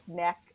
neck